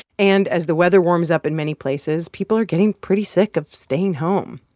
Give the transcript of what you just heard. and as the weather warms up in many places, people are getting pretty sick of staying home.